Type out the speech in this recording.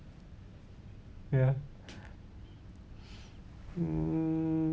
ya mm